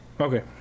Okay